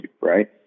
right